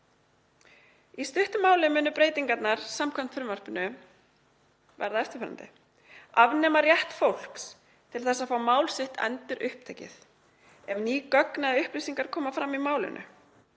Í stuttu máli munu breytingarnar, samkvæmt frumvarpinu, verða þessar: Þær munu afnema rétt fólks til að fá mál sitt endurupptekið ef ný gögn eða upplýsingar koma fram í málinu.